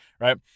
Right